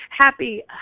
Happy